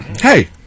Hey